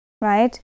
right